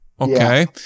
okay